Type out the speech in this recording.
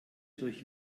durch